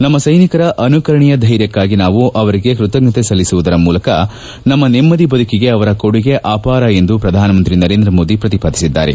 ನಮ್ಮ ಸ್ವೆನಿಕರ ಅನುಕರಣೀಯ ಧ್ವೆರ್ಯಕ್ಕಾಗಿ ನಾವು ಅವರಿಗೆ ಕೃತಜ್ಞತೆ ಸಲ್ಲಿಸುವುದರ ಮೂಲಕ ನಮ್ಮ ನೆಮ್ಮದಿ ಬದುಕಿಗೆ ಅವರ ಕೊಡುಗೆ ಅಪಾರ ಎಂದು ಪ್ರಧಾನ ಮಂತ್ರಿ ನರೇಂದ್ರ ಮೋದಿ ಪ್ರತಿಪಾದಿಸಿದ್ದಾರೆ